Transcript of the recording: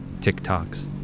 TikToks